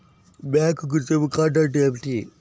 Bank గుర్తింపు card అంటే ఏమిటి?